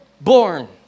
born